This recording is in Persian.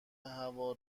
هوا